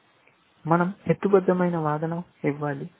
మనం హేతుబద్ధమైన వాదన ఇవ్వాలి